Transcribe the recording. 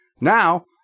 Now